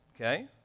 Okay